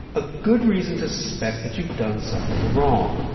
a good reason to suspect that you've done something wrong.